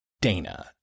Dana